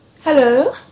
Hello